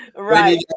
right